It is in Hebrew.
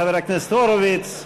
חבר הכנסת הורוביץ.